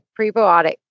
prebiotic